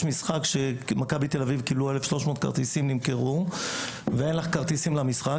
נמכרו 1,300 כרטיסים ואין לך כרטיסים למשחק.